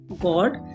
God